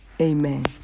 Amen